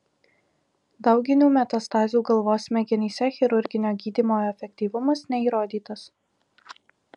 dauginių metastazių galvos smegenyse chirurginio gydymo efektyvumas neįrodytas